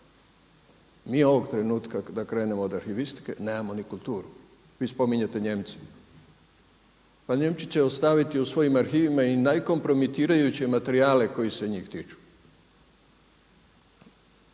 Mi ovog trenutka da krenemo od arhivistike nemamo ni kulturu. Vi spominjete Nijemce, pa Nijemci će ostaviti u svojim arhivima i naj kompromitirajuće materijale koji se njih tiču.